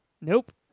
Nope